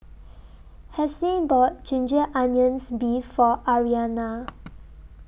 Hassie bought Ginger Onions Beef For Mariana